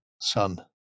son